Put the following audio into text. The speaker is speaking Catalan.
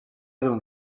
d’un